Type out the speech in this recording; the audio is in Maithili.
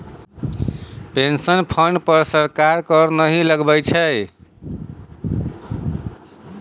पेंशन फंड पर सरकार कर नहि लगबै छै